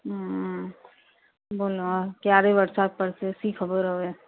હમ્મ બોલો કયારે વરસાદ પડશે શી ખબર હવે